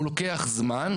הוא לוקח זמן,